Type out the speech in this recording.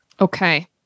Okay